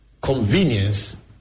convenience